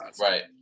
Right